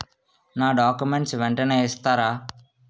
నా డాక్యుమెంట్స్ వెంటనే ఇస్తారా?